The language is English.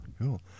cool